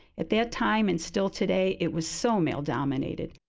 at that time, and still today, it was so male-dominated.